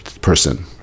person